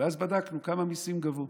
ואז בדקנו כמה מיסים גבו.